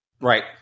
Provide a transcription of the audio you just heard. Right